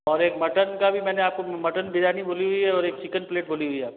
और एक मटन का भी मैंने आपको मटन बिरयानी बोली हुई है और एक चिकन प्लेट बोली हुई है आपको